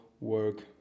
work